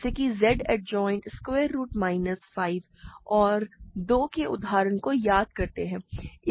जैसा कि Z adjoint square root minus 5 और 2 के उदाहरण को याद करते हैं